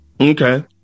Okay